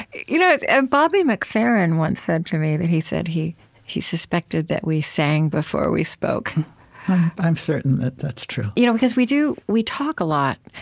you know and bobby mcferrin once said to me he said he he suspected that we sang before we spoke i'm certain that that's true you know because we do we talk a lot,